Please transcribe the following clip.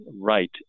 right